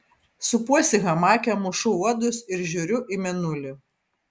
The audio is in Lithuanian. supuosi hamake mušu uodus ir žiūriu į mėnulį